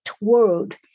world